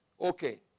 Okay